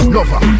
Lover